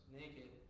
naked